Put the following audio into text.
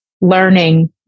learning